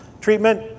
Treatment